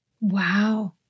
Wow